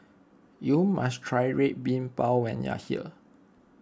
you must try Red Bean Bao when you are here